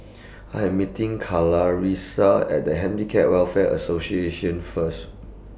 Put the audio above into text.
I Am meeting Clarisa At The Handicap Welfare Association First